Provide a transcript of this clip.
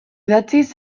idatziz